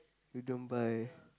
you don't buy